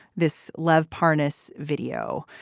this love parness video.